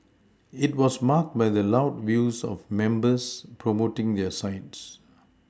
it was marked by the loud views of members promoting their sides